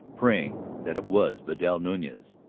praying that it was vidal nunez.